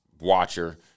watcher